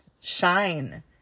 shine